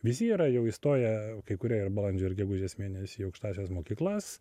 visi yra jau įstoję kai kurie ir balandžio ir gegužės mėnesį į aukštąsias mokyklas